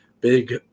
big